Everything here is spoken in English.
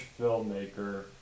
filmmaker